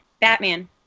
Batman